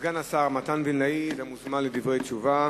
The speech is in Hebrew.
סגן השר, מתן וילנאי, אתה מוזמן לדברי תשובה